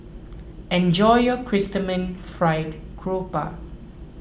enjoy your Chrysanthemum Fried Garoupa